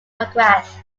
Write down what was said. mcgrath